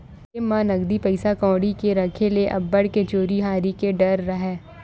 जेब म नकदी पइसा कउड़ी के राखे ले अब्बड़ के चोरी हारी के डर राहय